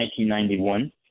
1991